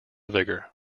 vigour